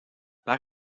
par